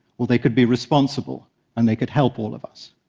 or they could be responsible and they could help all of us.